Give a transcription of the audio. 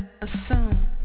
assume